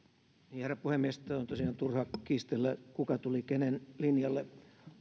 herra puhemies on tosiaan turha kiistellä kuka tuli kenen linjalle